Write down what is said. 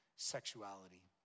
Sexuality